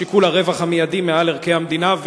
שיקול הרווח המיידי מובא מעל ערכי המדינה,